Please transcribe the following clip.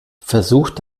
versucht